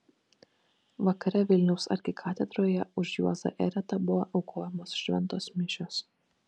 vakare vilniaus arkikatedroje už juozą eretą buvo aukojamos šventos mišios